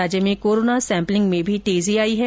प्रदेश में corona sampling में भी तेजी आई है